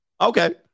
Okay